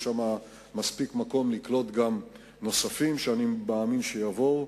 יש שם מספיק מקום לקלוט גם נוספים שאני מאמין שיבואו: